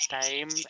time